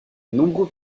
nombreux